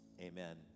Amen